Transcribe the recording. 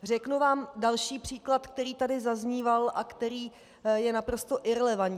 Řeknu vám další příklad, který tady zazníval a který je naprosto irelevantní.